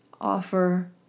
Offer